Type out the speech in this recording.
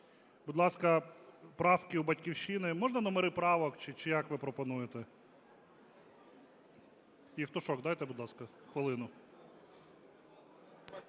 Будь ласка, правки у "Батьківщини". Можна номери правок? Чи як ви пропонуєте? Євтушок. Дайте, будь ласка, хвилину.